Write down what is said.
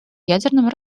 ядерном